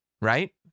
right